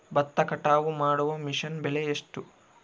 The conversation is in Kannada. ಭತ್ತ ಕಟಾವು ಮಾಡುವ ಮಿಷನ್ ಬೆಲೆ ಎಷ್ಟು?